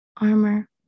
armor